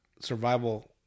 survival